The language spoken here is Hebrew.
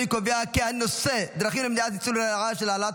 אני קובע כי הנושא דרכים למניעת ניצול לרעה של העלאת